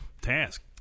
task